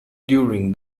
during